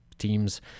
teams